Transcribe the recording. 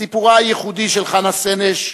סיפורה הייחודי של חנה סנש,